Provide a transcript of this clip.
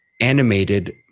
animated